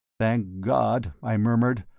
thank god, i murmured.